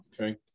Okay